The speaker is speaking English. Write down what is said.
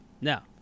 Now